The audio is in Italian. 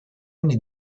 anni